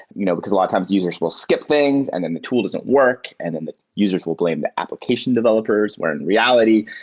you know because a lot of times users will skip things and then the tool doesn't work and then the users will blame the application developers. wherein reality,